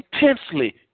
intensely